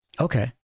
Okay